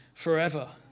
Forever